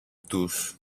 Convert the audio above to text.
τους